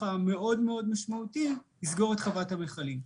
המאוד משמעותי לסגור את חוות המכלים.